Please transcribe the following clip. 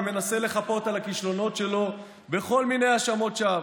ומנסה לחפות על הכישלונות שלו בכל מיני האשמות שווא,